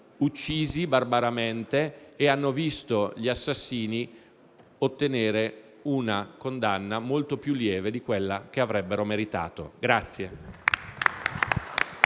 uccisi barbaramente e gli assassini ottenere una condanna molto più lieve di quella che avrebbero meritato.